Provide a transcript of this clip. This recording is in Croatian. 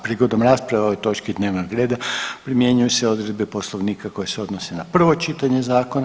Prigodom rasprave o ovoj točki dnevnog reda primjenjuju se odredbe Poslovnika koje se odnose na prvo čitanje zakona.